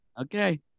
Okay